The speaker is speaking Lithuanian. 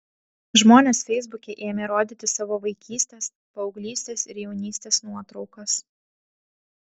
žmonės feisbuke ėmė rodyti savo vaikystės paauglystės ir jaunystės nuotraukas